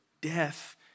death